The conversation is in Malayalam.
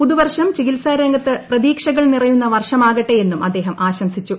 പുതുവർഷം ചികിത്സാ രംഗത്ത് പ്രതീക്ഷകൾ നിറയുന്ന വർഷമാകട്ടെ എന്നും അദ്ദേഹം ആശംസിച്ചു